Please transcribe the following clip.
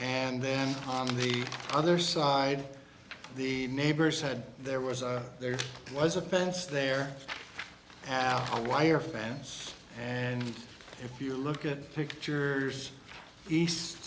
and then on the other side the neighbor said there was a there was a fence there have a wire fence and if you look at pictures east